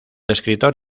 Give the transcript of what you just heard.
escritor